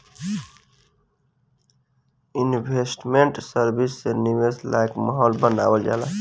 investment service से निवेश लायक माहौल बानावल जाला